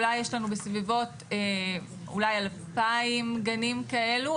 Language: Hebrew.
יש לנו בסביבות 2,000 גנים כאלו,